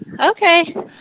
okay